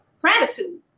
gratitude